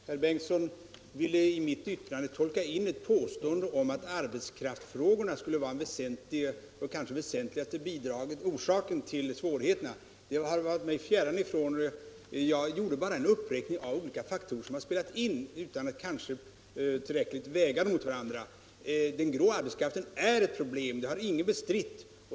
Herr talman! Herr Hugosson ville i mitt yttrande tolka in ett påstående om att arbetskraftsfrågorna skulle vara den kanske väsentligaste orsaken till svårigheterna. Det har varit mig fjärran ifrån. Jag gjorde bara en uppräkning av olika faktorer som har spelat in, kanske utan att tillräckligt väga dem mot varandra. Den grå arbetskraften är ett problem, det har ingen bestritt.